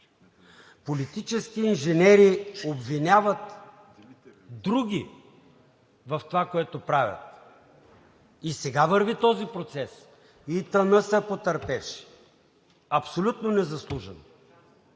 политически инженери обвиняват други в това, което правят. И сега върви този процес. Впрочем ИТН са потърпевши абсолютно незаслужено.